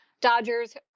Dodgers